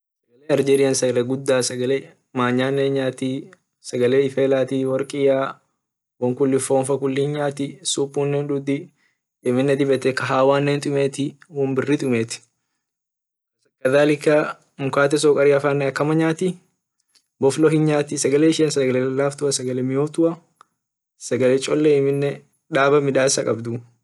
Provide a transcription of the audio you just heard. Algeria sagale gudaa sagale manyane hinyati sagale ifela workia won kuli fon fa kuli nyati supune hiduti kahawane huntumeti won biri tumeti kadhalika mukate sukariane akama nyati boflonen hinyati sagale ishian sagale lalaftua sagale miyotu sagale cholle amine daba midasa kabdu.